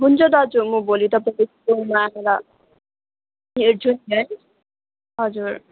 हुन्छ दाजु म भोलि तपाईँको मा आएर हेर्छु नि है हजुर